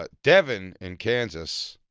ah devin in kansas.